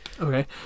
Okay